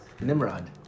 Nimrod